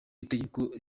itegeko